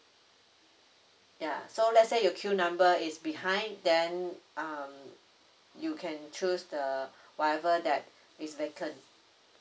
ya so let's say your queue number is behind then um you can choose the whatever that is vacant